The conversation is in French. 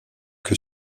que